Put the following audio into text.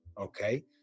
Okay